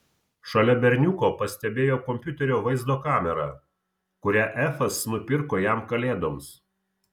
šalia berniuko pastebėjo kompiuterio vaizdo kamerą kurią efas nupirko jam kalėdoms